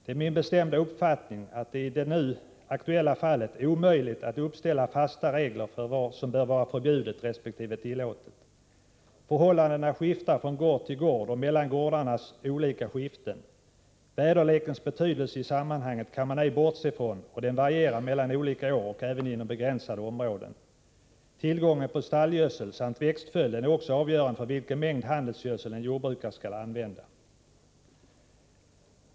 Det är min bestämda uppfattning att det i det nu aktuella fallet är omöjligt att uppställa fasta regler för vad som bör vara förbjudet resp. tillåtet. Förhållandena skiftar från gård till gård och mellan gårdarnas olika skiften. Väderlekens betydelse i sammanhanget kan man ej bortse från, den varierar mellan olika år och även inom begränsade områden. Tillgången på stallgödsel samt växtföljden är också avgörande för vilken mängd handelsgödsel en jordbrukare skall använda.